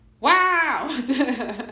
wow